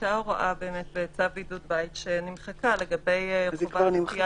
הייתה באמת הוראה בצו בידוד בית שנמחקה לגבי חובת נותן